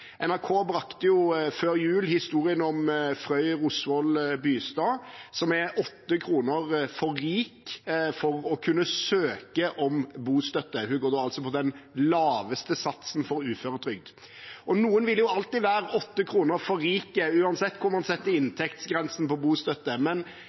NRK brakte før jul historien om Frøy Rosvoll-Bystad, som er 8 kr for rik til å kunne søke om bostøtte. Hun går altså på den laveste satsen for uføretrygd. Noen vil alltid være 8 kr for rike, uansett hvor man setter inntektsgrensen for bostøtte. Men